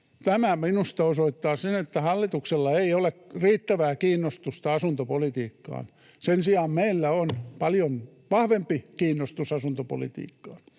tämä minusta osoittaa sen, että hallituksella ei ole riittävää kiinnostusta asuntopolitiikkaan. Sen sijaan meillä on paljon vahvempi kiinnostus asuntopolitiikkaan.